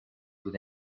with